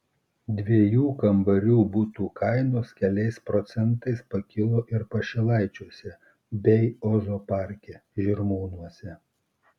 dviejų kambarių butų kainos keliais procentais pakilo ir pašilaičiuose bei ozo parke žirmūnuose